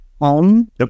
home